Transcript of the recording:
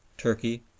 turkey,